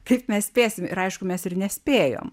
kaip mes spėsim ir aišku mes ir nespėjom